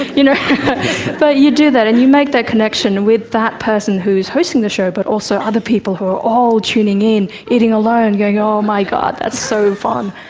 you know but you do that, and you make that connection with that person who's hosting the show but also other people who are all tuning in, eating alone, going, oh my god, that's so fun.